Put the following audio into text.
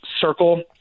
circle